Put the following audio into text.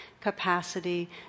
capacity